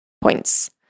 points